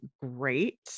great